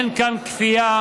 אין כאן כפייה,